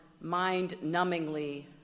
mind-numbingly